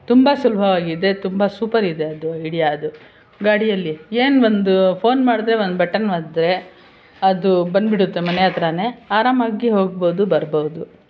ತುಂಬ ಸುಲಭವಾಗಿದೆ ತುಂಬ ಸೂಪರ್ ಇದೆ ಅದು ಇಡೀ ಅದು ಗಾಡಿಯಲ್ಲಿ ಏನು ಒಂದು ಫೋನ್ ಮಾಡಿದರೆ ಒಂದು ಬಟನ್ ಒತ್ತಿದರೆ ಅದು ಬಂದ್ಬಿಡುತ್ತೆ ಮನೆ ಹತ್ತಿರನೇ ಆರಾಮಾಗಿ ಹೋಗ್ಬೋದು ಬರಬಹುದು